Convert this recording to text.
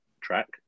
track